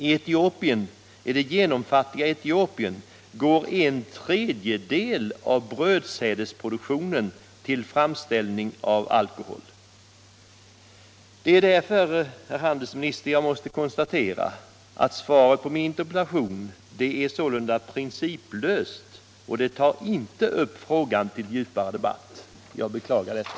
I Etiopien, i det genomfattiga Etiopien, går en tredjedel av brödsädsproduktionen till framställning av alkohol.” Det är därför, herr handelsminister, som jag måste konstatera att svaret på min interpellation är principlöst och inte tar upp frågan till djupare debatt. Jag beklagar detta.